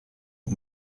and